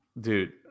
Dude